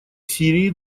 сирии